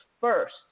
first